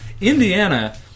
Indiana